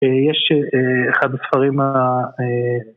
יש אחד הספרים ה...